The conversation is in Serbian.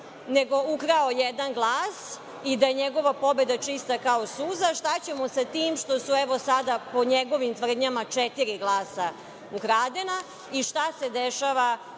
nego ukrao jedan glas i da je njegova pobeda čista kao suza, šta ćemo sa tim što su evo sada po njegovim tvrdnjama četiri glasa ukradena i da li je